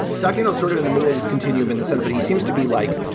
ducking and sort of in the middle of this continuum in the sense that he seems to be like,